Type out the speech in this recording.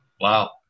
Wow